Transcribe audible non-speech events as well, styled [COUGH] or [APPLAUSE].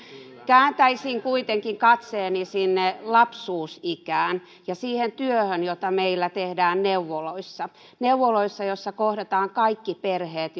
kääntäisin katseeni lapsuusikään ja siihen työhön jota meillä tehdään neuvoloissa neuvoloissa joissa kohdataan kaikki perheet [UNINTELLIGIBLE]